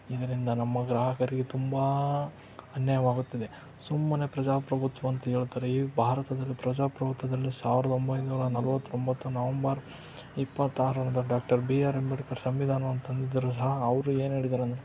ಇದರಿಂದ ನಮ್ಮ ಗ್ರಾಹಕರಿಗೆ ತುಂಬ ಅನ್ಯಾಯವಾಗುತ್ತಿದೆ ಸುಮ್ಮನೆ ಪ್ರಜಾಪ್ರಭುತ್ವ ಅಂತ ಹೇಳ್ತಾರೆ ಈ ಭಾರತದಲ್ಲಿ ಪ್ರಜಾಪ್ರಭುತ್ವದಲ್ಲಿ ಸಾವಿರದ ಒಂಬೈನೂರ ನಲ್ವತ್ತೊಂಬತ್ತು ನವಂಬರ್ ಇಪ್ಪತ್ತಾರರಂದು ಡಾಕ್ಟರ್ ಬಿ ಆರ್ ಅಂಬೇಡ್ಕರ್ ಸಂವಿಧಾನವನ್ನ ತಂದಿದ್ದರೂ ಸಹ ಅವರು ಏನು ಹೇಳಿದಾರೆ ಅಂದರೆ